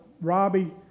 Robbie